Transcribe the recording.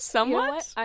Somewhat